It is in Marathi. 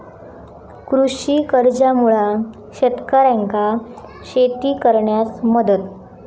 कृषी कर्जामुळा शेतकऱ्यांका शेती करण्यास मदत